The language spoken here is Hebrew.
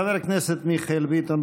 חבר הכנסת מיכאל ביטון,